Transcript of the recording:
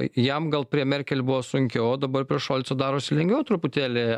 jam gal prie merkel buvo sunkiau o dabar prie šolco darosi lengviau truputėlį